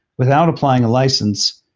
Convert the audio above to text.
without applying a license.